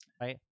Right